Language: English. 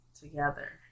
together